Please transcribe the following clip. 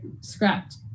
scrapped